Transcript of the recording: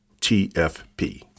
TFP